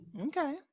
Okay